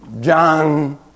John